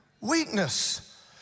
weakness